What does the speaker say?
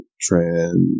trans